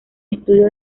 estudio